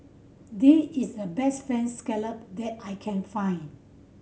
this is the best Fried Scallop that I can find